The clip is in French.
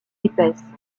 épaisse